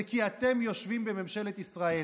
זה כי אתם יושבים בממשלת ישראל.